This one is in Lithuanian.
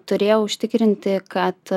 turėjau užtikrinti kad